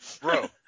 bro